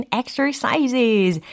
exercises